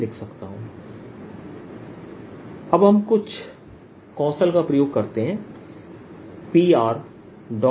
dV अब हम कुछ कौशल का प्रयोग करते हैं Pr1